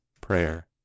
prayer